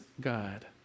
God